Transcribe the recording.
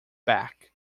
back